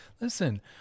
listen